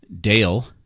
Dale